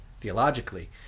theologically